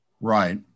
Right